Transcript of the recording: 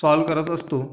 solve करत असतो